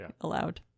allowed